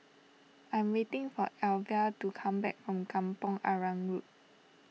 I'm waiting for Alyvia to come back from Kampong Arang Road